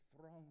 throne